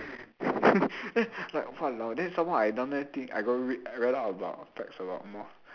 then like !walao! then some more I down there think I go read I read up about facts about moth